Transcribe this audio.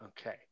okay